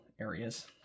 areas